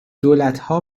دولتها